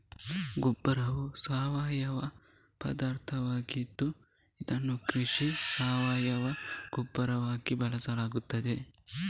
ಗೊಬ್ಬರವು ಸಾವಯವ ಪದಾರ್ಥವಾಗಿದ್ದು ಇದನ್ನು ಕೃಷಿಯಲ್ಲಿ ಸಾವಯವ ಗೊಬ್ಬರವಾಗಿ ಬಳಸಲಾಗುತ್ತದೆ